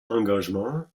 engagement